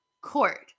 court